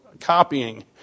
copying